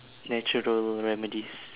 natural remedies